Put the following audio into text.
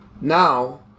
Now